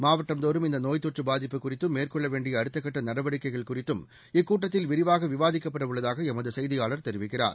மாவட்டந்தோறும் இந்தநோய் தொற்றபாதிப்பு குறித்தம் மேற்கொள்ளவேண்டியஅடுத்தக்கட்டநடவடிக்கைகள் குறித்தும் இக்கூட்டத்தில் விரிவாகவிவாதிக்கப்பட உள்ளதாகளமதுசெய்தியாளர் தெரிவிக்கிறார்